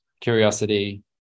curiosity